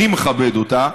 אני מכבד אותה,